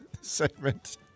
segment